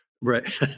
right